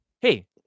Hey